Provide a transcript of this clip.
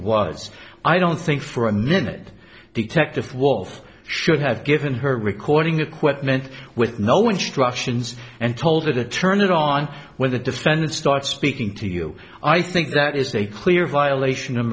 was i don't think for a minute detective wolf should have given her recording equipment with no instructions and told her to turn it on where the defendant starts speaking to you i think that is a clear violation of